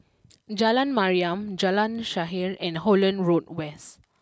Jalan Mariam Jalan Shaer and Holland Road West